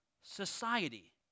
society